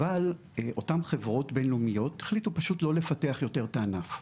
אבל אותן חברות בין-לאומיות החליטו פשוט לא לפתח יותר את הענף.